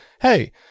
hey